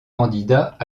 candidat